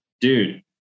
dude